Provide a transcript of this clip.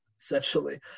essentially